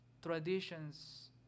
Traditions